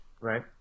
Right